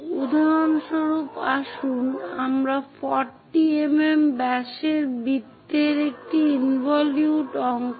উদাহরণস্বরূপ আসুন আমরা 40 mm ব্যাসের বৃত্তের একটি ইনভলিউট অংকন করি